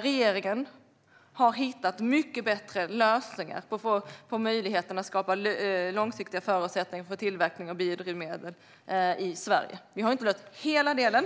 Regeringen har hittat mycket bättre lösningar för möjligheten att skapa långsiktiga förutsättningar för tillverkning av biodrivmedel i Sverige. Vi har inte löst hela delen.